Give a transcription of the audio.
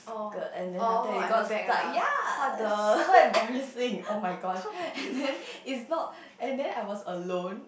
skirt and then after that it got stuck ya it's super embarrassing oh-my-gosh and then it's not and then I was alone